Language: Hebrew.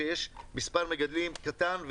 כשיש מספר מגדלים קטן,